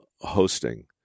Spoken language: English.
hosting